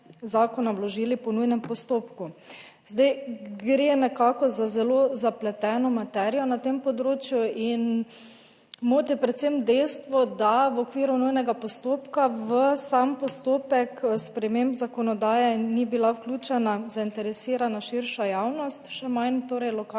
zakona vložili po nujnem postopku. Zdaj, gre nekako za zelo zapleteno materijo na tem področju in moti predvsem dejstvo, da v okviru nujnega postopka v sam postopek sprememb zakonodaje ni bila vključena zainteresirana širša javnost, še manj torej lokalne